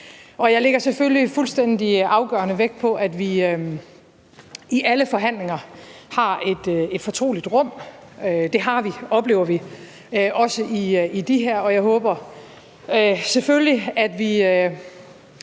Jeg lægger selvfølgelig fuldstændig afgørende vægt på, at vi i alle forhandlinger har et fortroligt rum. Det har vi, oplever vi, også i de her forhandlinger, og jeg håber selvfølgelig, at vi